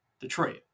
Detroit